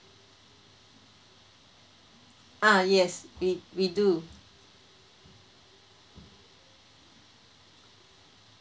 uh yes we we do